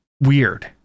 weird